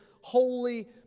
holy